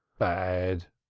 bad,